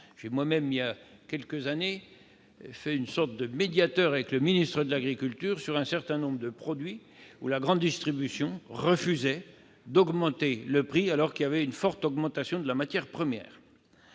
J'ai moi-même, voilà quelques années, fait office de médiateur avec le ministre de l'agriculture pour un certain nombre de produits dont la grande distribution refusait d'augmenter le prix, alors qu'il y avait une forte augmentation du cours de la matière première.